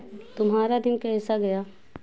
तुम्हारा दिन कैसा गया